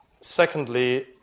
Secondly